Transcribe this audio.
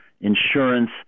insurance